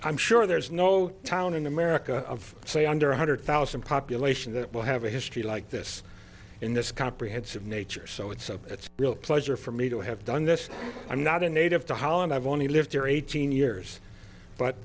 i'm sure there's no town in america of say under one hundred thousand population that will have a history like this in this comprehensive nature so it's a it's built pleasure for me to have done this i'm not a native to holland i've only lived here eighteen years but